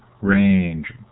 range